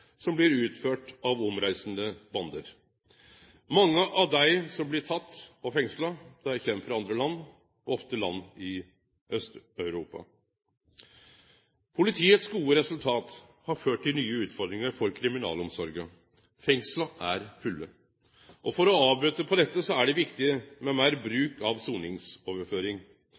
som blir utført av omreisande bandar. Mange av dei som blir tekne og fengsla, kjem frå andre land, ofte land i Aust-Europa. Politiet sitt gode resultat har ført til nye utfordringar for kriminalomsorga – fengsla er fulle. For å bøte på dette er det viktig med meir bruk av soningsoverføring.